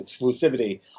exclusivity